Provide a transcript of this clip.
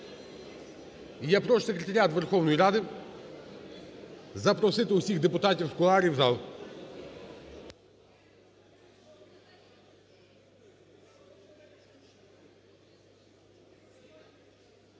я прошу секретаріат Верховної Ради запросити усіх депутатів з кулуарів в зал.